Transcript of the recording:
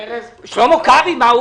ארז, אתה יודע